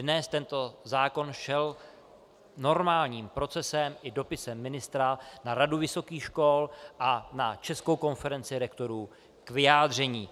Dnes tento zákon šel normálním procesem i dopisem ministra na Radu vysokých škol a na Českou konferenci rektorů k vyjádření.